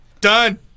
Done